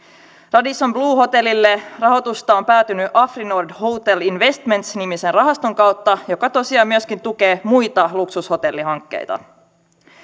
radisson blu hotellille rahoitusta on päätynyt afrinord hotel investments nimisen rahaston kautta joka tosiaan tukee myöskin muita luksushotellihankkeita